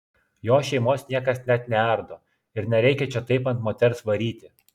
jo šeimos niekas net neardo ir nereikia čia taip ant moters varyti